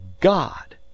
God